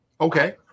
Okay